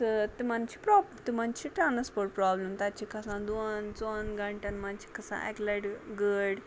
تہٕ تِمَن چھِ پرٛپ تِمَن چھِ ٹرٛانَسپوٹ پرٛابلِم تَتہِ چھِ کھَسان دۄن ژۄَن گَنٹَن منٛز چھِ کھَسان اَکہِ لَٹہِ گٲڑۍ